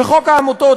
וחוק העמותות,